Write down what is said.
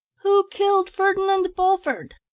who killed ferdinand bulford?